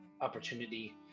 opportunity